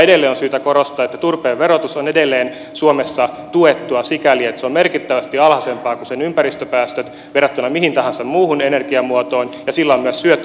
edelleen on syytä korostaa että turpeen verotus on edelleen suomessa tuettua sikäli että se on merkittävästi alhaisempaa kuin sen ympäristöpäästöt verrattuna mihin tahansa muuhun energiamuotoon ja sillä on myös syöttötariffi